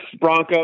Broncos